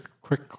quick